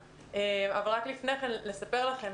לדעתי,